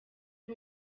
uri